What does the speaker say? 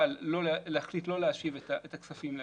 אבל להחליט לא להשיב את הכספים לאחור,